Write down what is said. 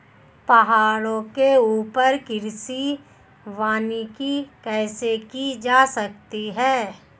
पहाड़ों के ऊपर कृषि वानिकी कैसे की जा सकती है